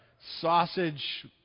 sausage